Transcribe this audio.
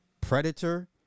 predator